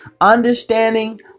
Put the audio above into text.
understanding